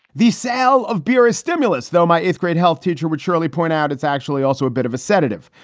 the sale of beer is stimulus, though my eighth grade health teacher would surely point out it's actually also a bit of a sedative.